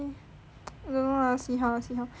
don't know lah see how lah see how